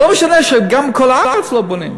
לא משנה שגם בכל הארץ לא בונים,